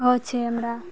होइ छै हमरा